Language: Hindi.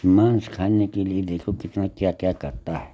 मांस खाने के लिए देखो कितना क्या क्या करता है